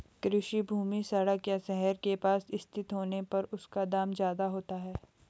कृषि भूमि सड़क या शहर के पास स्थित होने पर उसका दाम ज्यादा होता है